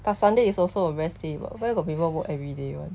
but sunday is also a rest day what where got people work everyday [one]